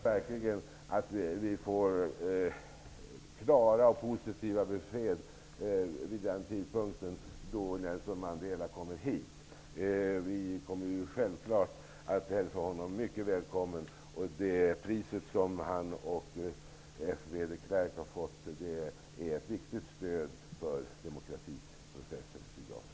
Herr talman! Till sist vill jag bara säga att jag verkligen hoppas att vi får klara och positiva besked då Nelson Mandela kommer hit. Vi kommer självfallet att hälsa honom välkommen. Det pris som han och F. W. de Klerk har fått är ett viktigt stöd för demokratiprocessen i Sydafrika.